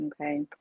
okay